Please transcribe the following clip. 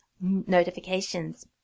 notifications